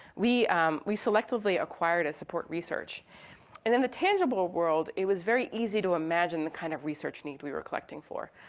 we um we selectively acquire to support research. and in the tangible world, it was very easy to imagine the kind of research need we were collecting for.